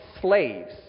slaves